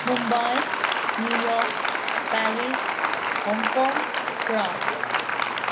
Mumbai New York Paris Hong Kong Prague